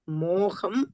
moham